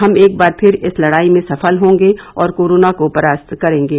हम एकबार फिर इस लड़ाई में सफल होंगे और कोरोना को परास्त करेंगे